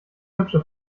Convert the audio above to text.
hübsche